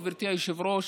גברתי היושבת-ראש,